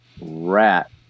rat